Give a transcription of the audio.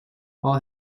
all